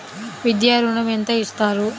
విద్యా ఋణం ఎంత ఇస్తారు?